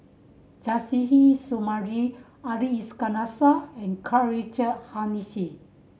Suzairhe Sumari Ali Iskandar Shah and Karl Richard Hanitsch